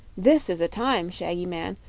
this is a time, shaggy man,